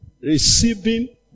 Receiving